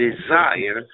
desire